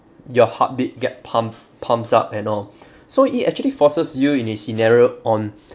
your heartbeat get pumped pumped up and all so it actually forces you in a scenario on